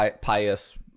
Pious